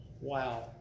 wow